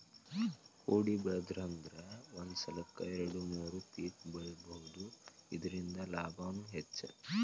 ಕೊಡಿಬೆಳಿದ್ರಂದ ಒಂದ ಸಲಕ್ಕ ಎರ್ಡು ಮೂರು ಪಿಕ್ ಬೆಳಿಬಹುದು ಇರ್ದಿಂದ ಲಾಭಾನು ಹೆಚ್ಚ